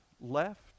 left